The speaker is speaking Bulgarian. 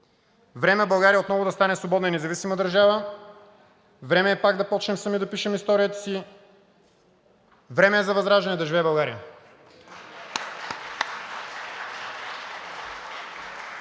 Време е България отново да стане свободна и независима държава. Време е пак да почнем сами да пишем историята си. Време е за възраждане. Да живее България!